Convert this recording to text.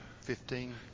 Fifteen